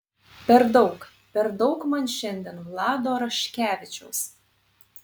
per daug per daug man šiandien vlado raškevičiaus